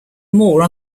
more